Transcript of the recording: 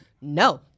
No